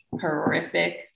horrific